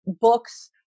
books